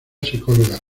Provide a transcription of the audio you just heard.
psicóloga